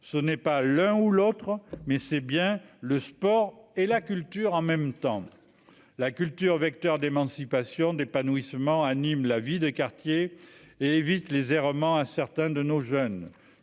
ce n'est pas l'un ou l'autre mais c'est bien le sport et la culture en même temps, la culture, vecteur d'émancipation, d'épanouissement anime la vie des quartiers et évite les errements à certains de nos jeunes,